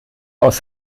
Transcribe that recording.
aus